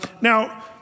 Now